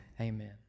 Amen